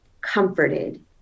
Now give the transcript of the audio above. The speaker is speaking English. comforted